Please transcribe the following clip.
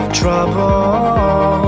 trouble